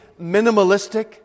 minimalistic